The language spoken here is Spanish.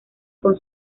con